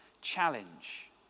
challenge